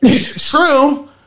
True